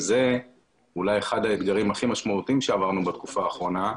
זה אולי אחד האתגרים הכי משמעותיים שעברנו בתקופה האחרונה,